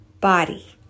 body